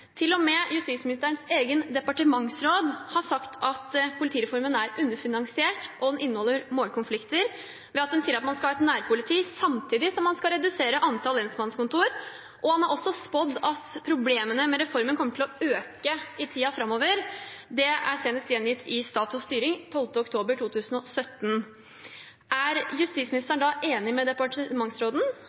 justisministerens egen departementsråd har sagt at politireformen er underfinansiert, og den inneholder målkonflikter ved at en sier at man skal ha et nærpoliti samtidig som man skal redusere antall lensmannskontor, og han har også spådd at problemene med reformen kommer til å øke i tiden framover. Det er senest gjengitt i Stat & Styring 12. oktober 2017. Er justisministeren enig med departementsråden?